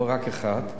לא רק לאחת.